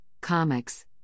comics